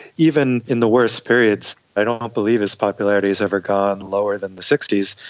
even in the worst periods, i don't don't believe his popularity has ever gone lower than the sixty s.